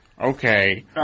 Okay